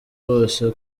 bose